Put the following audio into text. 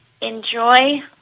enjoy